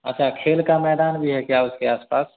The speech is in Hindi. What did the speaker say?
अच्छा खेल का मैदान भी है क्या उसके आस पास